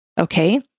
Okay